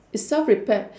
it self repaired